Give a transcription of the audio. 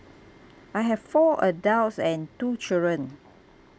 I have four adults and two children